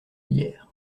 hier